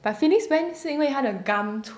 but phyllis went 是因为他的 gum